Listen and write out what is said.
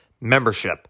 membership